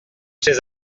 ses